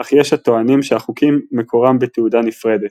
אך יש הטוענים שהחוקים מקורם בתעודה נפרדת,